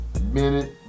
minute